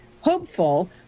hopeful